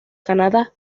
canadá